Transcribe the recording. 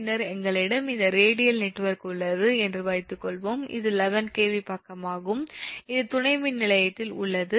பின்னர் எங்களிடம் இந்த ரேடியல் நெட்வொர்க் உள்ளது என்று வைத்துக்கொள்வோம் இது 11 𝑘𝑉 பக்கமாகும் இது துணை மின்நிலையத்தில் உள்ளது